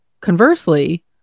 Conversely